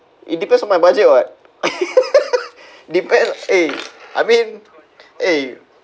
it depends on my budget what depend eh I mean eh